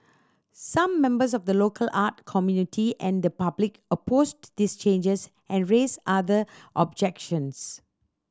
some members of the local art community and the public opposed these changes and raised other objections